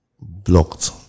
Blocked